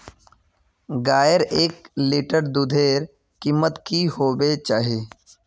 गायेर एक लीटर दूधेर कीमत की होबे चही?